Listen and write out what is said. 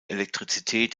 elektrizität